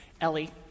Ellie